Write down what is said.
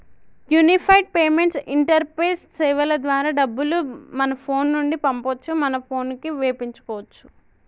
unified payments interface సేవల ద్వారా డబ్బులు మన ఫోను నుండి పంపొచ్చు మన పోనుకి వేపించుకోచ్చు